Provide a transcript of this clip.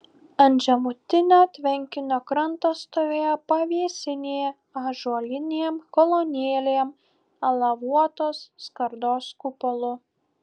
ant žemutinio tvenkinio kranto stovėjo pavėsinė ąžuolinėm kolonėlėm alavuotos skardos kupolu